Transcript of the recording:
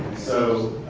so